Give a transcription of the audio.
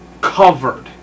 covered